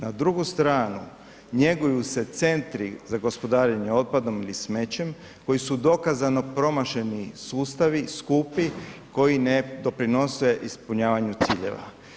Na drugu stranu njeguju se centri za gospodarenje otpadom ili smećem koji su dokazano promašeni sustavi, skupi koji ne doprinose ispunjavanju ciljeva.